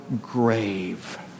grave